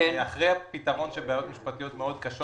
אחרי פתרון של בעיות משפטיות מאוד קשות.